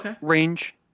range